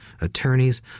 attorneys